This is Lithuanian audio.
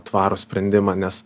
tvarų sprendimą nes